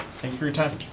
thanks for your time.